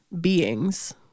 beings